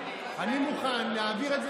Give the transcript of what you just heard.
אני מוכן להעביר,